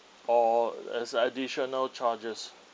or as additional charges